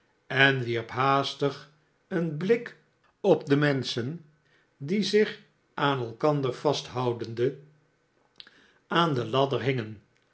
en wierp haastig een blik op de menschen die zich aan elkandervast houdende aan de ladder hingen